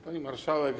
Pani Marszałek!